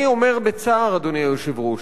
אני אומר בצער, אדוני היושב-ראש,